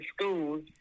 schools